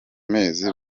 mezi